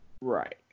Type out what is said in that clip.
Right